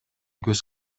көз